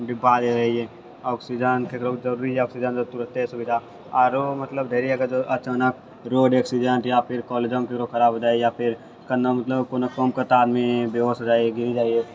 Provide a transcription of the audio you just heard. डिब्बा जे रहैए ऑक्सिजन ककरो जरुरी यऽ ऑक्सिजन तऽ तुरते सुविधा आरो मतलब रहैए अचानक रोड एक्सीडेन्ट या फिर कॉलेजोमे ककरो खराब हो जाइए या फिर केनाहो मतलब कोनो कामकर्ता आदमी बेहोश हो जाइए गिर जाइए